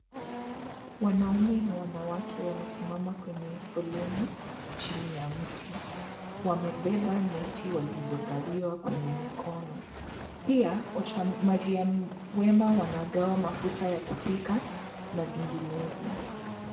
Wanaume na wanawake wamesimama kwenye foleni chini ya mti. Wamebeba neti wakizogawiwa kwenye mikono. Pia wasamaria wema wanagawa mafuta ya kupika na vinginevyo.